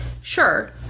Sure